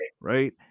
Right